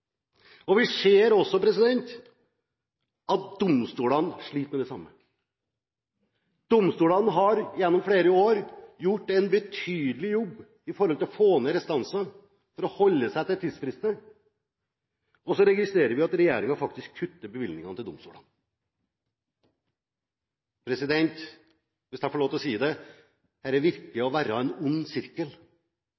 Vi ser også at domstolene sliter med det samme. Domstolene har gjennom flere år gjort en betydelig jobb for å få ned restanser, for å holde seg til tidsfrister, og så registrerer vi at regjeringen faktisk kutter bevilgningene til domstolene. Hvis jeg får lov til å si det